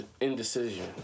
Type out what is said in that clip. Indecision